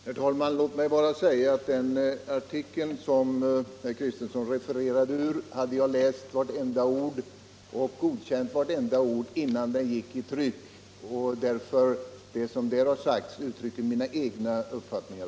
Herr talman! Låt mig bara säga att av den artikel som herr Kristenson refererade ur hade jag läst vartenda ord och godkänt vartenda ord innan den gick i tryck. Det som där har sagts uttrycker således mina egna uppfattningar.